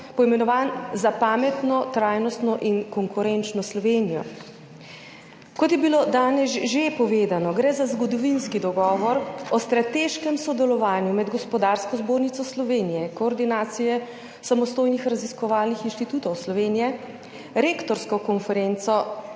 poimenovan Za pametno, trajnostno in konkurenčno Slovenijo. Kot je bilo danes že povedano, gre za zgodovinski dogovor o strateškem sodelovanju med Gospodarsko zbornico Slovenije, Koordinacije samostojnih raziskovalnih inštitutov Slovenije, Rektorsko konferenco